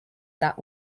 that